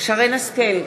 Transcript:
שרן השכל,